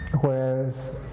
Whereas